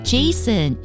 Jason